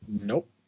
Nope